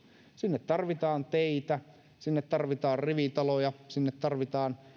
sinne tarvitaan teitä sinne tarvitaan rivitaloja sinne tarvitaan